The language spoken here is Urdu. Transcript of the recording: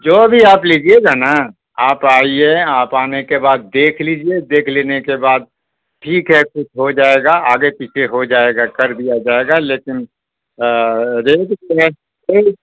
جو بھی آپ لیجیے گا نا آپ آئیے آپ آنے کے بعد دیکھ لیجیے دیکھ لینے کے بعد ٹھیک ہے کچھ ہو جائے گا آگے پیچھے ہو جائے گا کر دیا جائے گا لیکن ریٹ